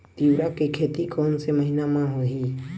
तीवरा के खेती कोन से महिना म होही?